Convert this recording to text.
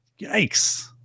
Yikes